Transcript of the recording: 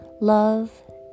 love